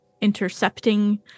intercepting